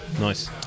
Nice